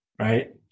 right